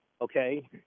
okay